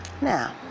Now